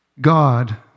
God